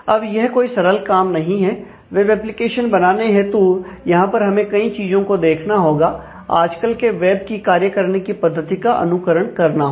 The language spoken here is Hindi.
अब यह कोई सरल काम नहीं है वेब एप्लीकेशन बनाने हेतु यहां पर हमें कई चीजों को देखना होगा आजकल के वेब की कार्य करने की पद्धति का अनुकरण करना होगा